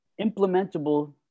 implementable